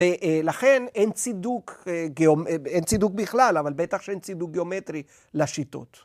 ‫ולכן אין צידוק בכלל, ‫אבל בטח שאין צידוק גיאומטרי לשיטות.